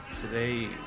Today